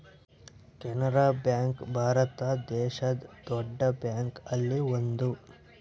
Canara bank ಭಾರತ ದೇಶದ್ ದೊಡ್ಡ ಬ್ಯಾಂಕ್ ಅಲ್ಲಿ ಒಂದು